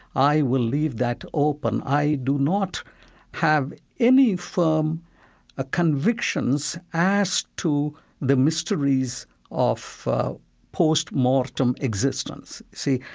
i will leave that open. i do not have any firm ah convictions as to the mysteries of post-mortem existence. see,